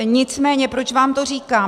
Nicméně proč vám to říkám.